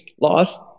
lost